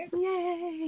Yay